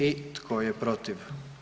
I tko je protiv?